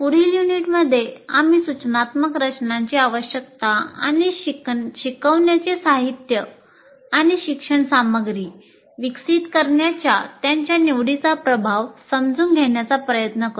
पुढील युनिटमध्ये आम्ही सूचनात्मक रचनाची आवश्यकता आणि शिकवण्याचे साहित्य आणि शिक्षण सामग्री विकसित करण्याच्या त्याच्या निवडीचा प्रभाव समजून घेण्याचा प्रयत्न करू